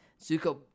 Zuko